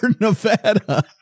Nevada